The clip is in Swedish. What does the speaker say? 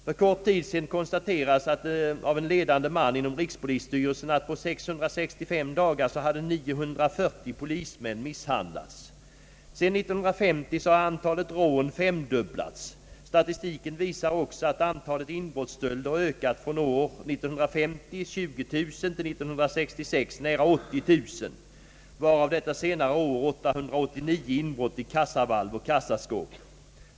För kort tid sedan konstaterade en ledande man inom rikspolisstyrelsen, att på 665 dagar hade 940 polismän misshandlats. Sedan 1950 har antalet rån femdubblats. Statistiken visar även att antalet inbrottsstölder ökat från år 1950 20 000 till 1966 nära 30 000, varav detta senare år 889 inbrott i kassavalv och kassaskåp.